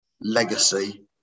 legacy